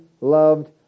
loved